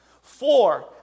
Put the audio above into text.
Four